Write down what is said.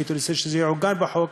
הייתי רוצה שזה יעוגן בחוק.